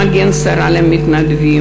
מגן השרה למתנדבים.